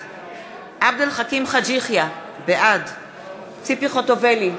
בעד עבד אל חכים חאג' יחיא, בעד ציפי חוטובלי,